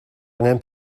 angen